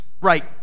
right